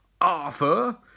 Arthur